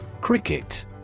Cricket